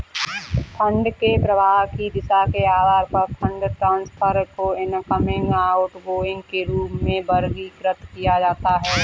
fund के प्रवाह की दिशा के आधार पर फंड ट्रांसफर को इनकमिंग, आउटगोइंग के रूप में वर्गीकृत किया जाता है